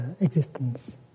existence